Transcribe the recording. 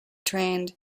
trained